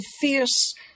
fierce